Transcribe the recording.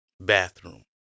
Bathroom